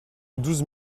douze